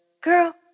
Girl